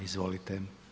Izvolite.